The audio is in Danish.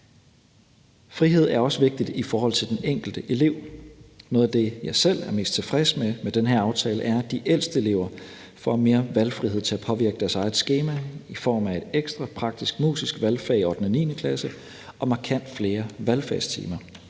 Frihed er også vigtigti forhold til den enkelte elev. Noget af det, jeg selv er mest tilfreds med med den her aftale, er, at de ældste elever får mere valgfrihed til at påvirke deres eget skema i form af et ekstra praktisk/musisk valgfag i 8. og 9. klasse og markant flere valgfagstimer.